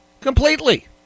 Completely